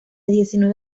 diecinueve